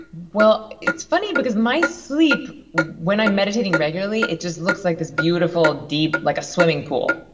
well, it's funny, because my sleep, when i'm meditating regularly, it just looks like this beautiful, deep, like a swimming pool.